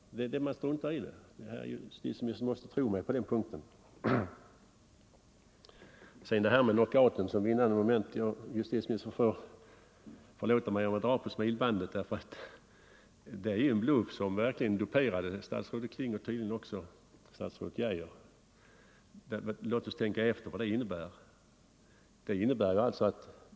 Man struntar i bestämmelserna — ni måste tro mig på den punkten. Och så detta att knockouten inte längre betraktas som vinnande moment. Justitieministern får förlåta mig, om jag drar på smilbandet, därför att det är en bluff som har duperat statsrådet Kling och tydligen också statsrådet Geijer. Låt oss tänka efter vad den bestämmelsen innebär.